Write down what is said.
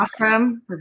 awesome